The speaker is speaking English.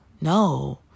no